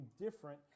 different